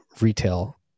retail